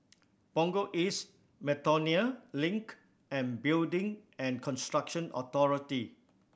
Punggol East Miltonia Link and Building and Construction Authority